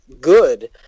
good